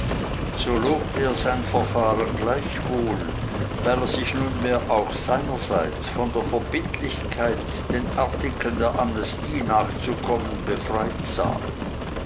so lobte er sein verfahren gleichwohl weil er sich nunmehr auch seinerseits von der verbindlichkeit den artikeln der amnestie nachzukommen befreit sah